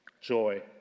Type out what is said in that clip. joy